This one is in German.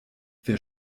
wer